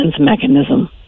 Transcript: mechanism